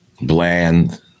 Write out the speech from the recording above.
Bland